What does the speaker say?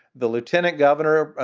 the lieutenant governor,